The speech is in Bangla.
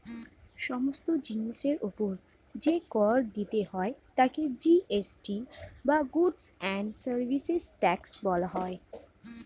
সমস্ত জিনিসের উপর যে কর দিতে হয় তাকে জি.এস.টি বা গুডস্ অ্যান্ড সার্ভিসেস ট্যাক্স বলা হয়